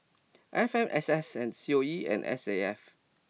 F M S S and C O E and S A F